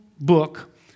book